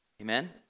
Amen